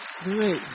Great